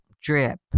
drip